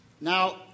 Now